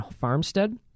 farmstead